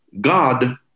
God